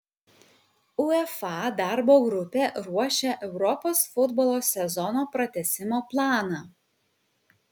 uefa darbo grupė ruošia europos futbolo sezono pratęsimo planą